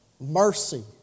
Mercy